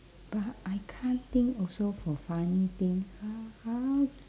but I can't think also for funny thing how how